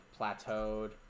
plateaued